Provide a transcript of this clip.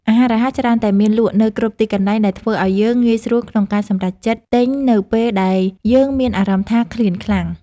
អាហាររហ័សច្រើនតែមានលក់នៅគ្រប់ទីកន្លែងដែលធ្វើឲ្យយើងងាយស្រួលក្នុងការសម្រេចចិត្តទិញនៅពេលដែលយើងមានអារម្មណ៍ថា ឃ្លានខ្លាំង។